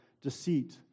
deceit